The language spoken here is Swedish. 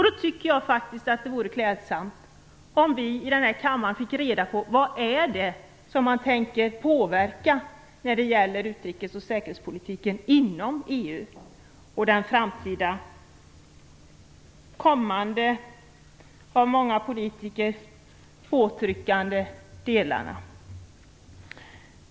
Då tycker jag att det vore klädsamt om vi i den här kammaren fick reda på vad det är man tänker påverka när det gäller utrikes och säkerhetspolitiken inom EU och vad politiker i framtiden avser att trycka på.